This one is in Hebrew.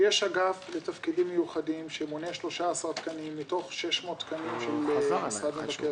יש אגף לתפקידים מיוחדים שמונה 13% תקנים מתוך 600 תקנים של משרד מבקר